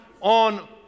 on